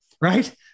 right